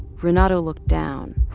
renato looked down.